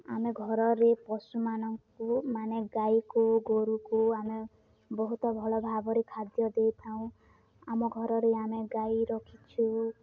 ଆମେ ଘରରେ ପଶୁମାନଙ୍କୁ ମାନେ ଗାଈକୁ ଗୋରୁକୁ ଆମେ ବହୁତ ଭଲ ଭାବରେ ଖାଦ୍ୟ ଦେଇଥାଉ ଆମ ଘରରେ ଆମେ ଗାଈ ରଖିଛୁ